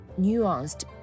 nuanced